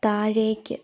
താഴേക്ക്